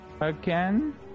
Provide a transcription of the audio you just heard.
again